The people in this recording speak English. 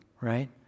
right